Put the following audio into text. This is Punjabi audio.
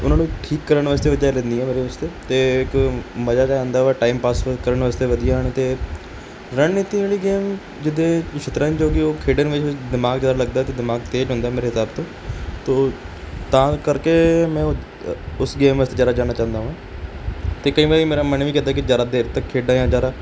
ਉਹਨਾਂ ਨੂੰ ਠੀਕ ਕਰਨ ਵਾਸਤੇ ਵਿਚਾਰ ਲੈਂਦੀ ਆ ਮੇਰੇ ਵਾਸਤੇ ਅਤੇ ਇੱਕ ਮਜ਼ਾ ਤਾਂ ਆਉਂਦਾ ਵਾ ਟਾਈਮ ਪਾਸ ਕਰਨ ਵਾਸਤੇ ਵਧੀਆ ਹੋਣ ਅਤੇ ਰਣਨੀਤੀ ਵਾਲੀ ਗੇਮ ਜਿਦੇ ਦੀ ਸ਼ਤਰੰਜ ਹੋ ਗਈ ਉਹ ਖੇਡਣ ਵਿੱਚ ਦਿਮਾਗ ਜ਼ਿਆਦਾ ਲੱਗਦਾ ਅਤੇ ਦਿਮਾਗ ਤੇਜ਼ ਹੁੰਦਾ ਮੇਰੇ ਹਿਸਾਬ ਤੇ ਤੋ ਤਾਂ ਕਰਕੇ ਮੈਂ ਉਹ ਉਸ ਗੇਮ ਵਾਸਤੇ ਜਾਣਾ ਚਾਹੁੰਦਾ ਹਾਂ ਅਤੇ ਕਈ ਵਾਰੀ ਮੇਰਾ ਮਨ ਵੀ ਕੀਤਾ ਕਿ ਜ਼ਿਆਦਾ ਦੇਰ ਤੱਕ ਖੇਡਾਂ ਜ਼ਿਆਦਾ